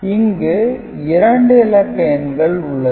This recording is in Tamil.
இங்கு 2 இலக்க எண்கள் உள்ளது